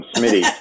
Smitty